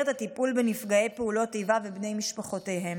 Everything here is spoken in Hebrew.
את הטיפול בנפגעי פעולות איבה ובני משפחותיהם.